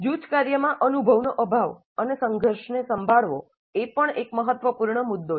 જૂથના કાર્યમાં અનુભવનો અભાવ અને સંઘર્ષને સંભાળવો એ પણ એક મહત્વપૂર્ણ મુદ્દો છે